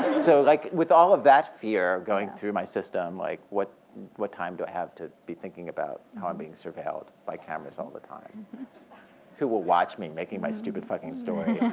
so like with all of that fear going through my system, like what what time do i have to be thinking about how i'm being surveilled by cameras all the time who will watch me making my stupid fucking story?